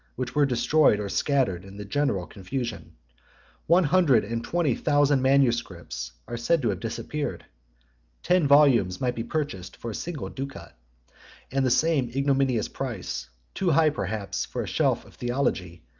which were destroyed or scattered in the general confusion one hundred and twenty thousand manuscripts are said to have disappeared ten volumes might be purchased for a single ducat and the same ignominious price, too high perhaps for a shelf of theology,